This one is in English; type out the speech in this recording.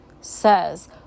says